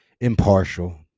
impartial